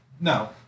no